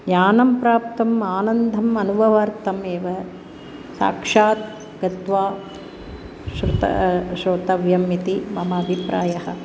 यानं प्राप्तम् आनन्दम् अनुभवार्थम् एव साक्षात् गत्वा श्रुत श्रोतव्यमिति मम अभिप्रायः